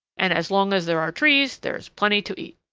and as long as there are trees, there is plenty to eat.